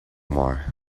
more